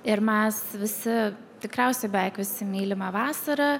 ir mes visi tikriausiai beveik visi mylimą vasarą